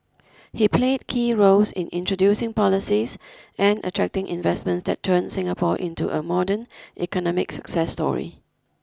he played key roles in introducing policies and attracting investments that turned Singapore into a modern economic success story